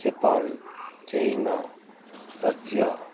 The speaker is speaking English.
Japan China Russia